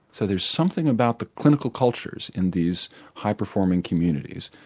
so there's something about the clinical cultures in these high performing communities.